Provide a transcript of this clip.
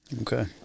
Okay